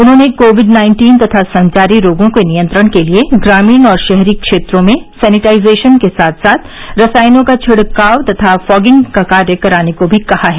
उन्होंने covid nineteen तथा संचारी रोगों के नियंत्रण के लिये ग्रामीण और शहरी क्षेत्रों में सैनिटाइजेशन के साथ साथ रसायनों का छिड़काव तथा फॉगिंग का कार्य कराने को भी कहा है